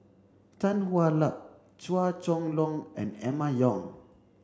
Tan Hwa Luck Chua Chong Long and Emma Yong